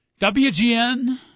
WGN